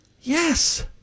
Yes